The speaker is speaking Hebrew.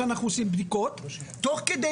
שאנחנו עושים בדיקות וזאת תוך כדי